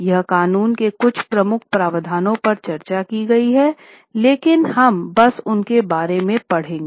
यहाँ कानून के कुछ प्रमुख प्रावधानों पर चर्चा की गई है लेकिन हम बस उनके बारे में पढ़ेंगे